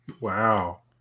Wow